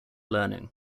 learning